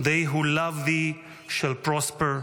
they who love thee shall prosper: